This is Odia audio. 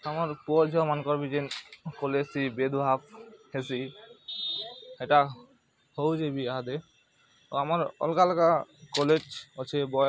ଆମର୍ ପୁଅ ଝିଅ ମାନକର୍ ବି ଯେନ୍ କଲେଜ୍ ଠି ଭେଦ ଭାବ ହେସି ହେଟା ହଉଛି ବି ଇହାଦେ ଆଉ ଆମର୍ ଅଲଗା ଅଲଗା କଲେଜ୍ ଅଛେ